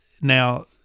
now